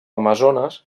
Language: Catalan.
amazones